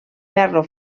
ferro